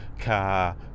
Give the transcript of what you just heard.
car